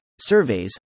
surveys